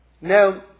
Now